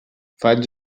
faig